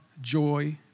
joy